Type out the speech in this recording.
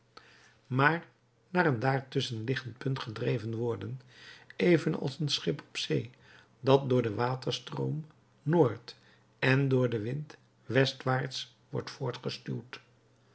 maar naar een daartusschen liggend punt gedreven worden even als een schip op zee dat door den waterstroom noord en door den wind westwaarts wordt